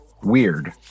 weird